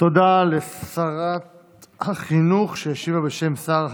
תודה לשרת החינוך, שהשיבה בשם שר הבריאות.